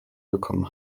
willkommen